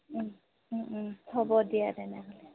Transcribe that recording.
হ'ব দিয়া তেনেহ'লে